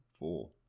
four